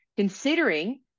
Considering